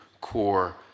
core